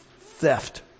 theft